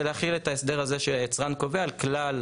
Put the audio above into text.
זה להחיל את ההסדר הזה שהיצרן קובע על כלל